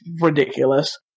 ridiculous